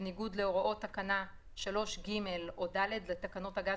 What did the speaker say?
בניגוד להוראות תקנה 3(ג) או (ד) לתקנות הגז